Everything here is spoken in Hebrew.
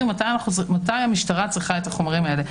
מתי המשטרה צריכה את החומרים האלה.